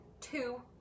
two